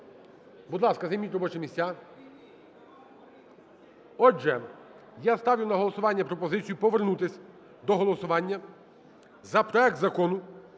Будь ласка, займіть робочі місця. Отже, я ставлю на голосування пропозицію повернутись до голосування за проект Закону